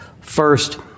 First